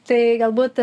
tai galbūt